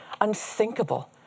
unthinkable